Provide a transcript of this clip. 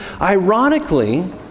ironically